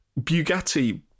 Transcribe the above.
Bugatti